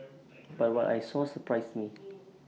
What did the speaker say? but what I saw surprised me